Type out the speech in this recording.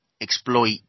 exploit